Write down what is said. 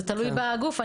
זה תלוי בגוף,